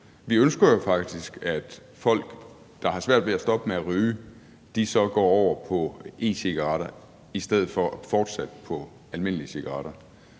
vi ønsker jo faktisk, at folk, der har svært ved at stoppe med at ryge, så går over på e-cigaretter i stedet for at fortsætte på almindelige cigaretter.